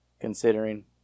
considering